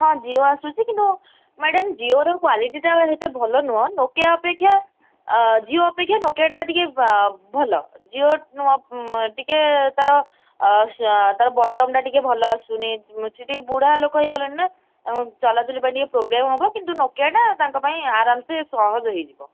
ହଁ ଜିଓ ଆସୁଛି କିନ୍ତୁ ମ୍ୟାଡ଼ମ୍ ଜିଓର କ୍ଵାଲିଟିଟା ଏତେ ଭଲ ନୁହଁ ନୋକିଆ ଅପେକ୍ଷା ଜିଓ ଅପେକ୍ଷା ନୋକିଆଟା ଟିକେ ଭଲ ଜିଓ ନୂଆ ଟିକେ ତା'ର ଅ ବଟମ୍ଟା ଟିକେ ଭଲ ଆସୁନି ସେ ଟିକେ ବୁଢ଼ା ଲୋକ ହେଇଗଲେଣି ନା ଚଲାଚୁଲି ପାଇଁ ଟିକେ ପ୍ରୋବ୍ଲେମ୍ ହେବ କିନ୍ତୁ ନୋକିଆଟା ତାଙ୍କପାଇଁ ଆରାମସେ ସହଜ ହେଇଯିବ